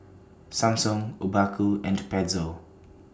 Samsung Obaku and Pezzo